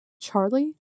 Charlie